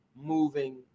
moving